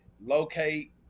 locate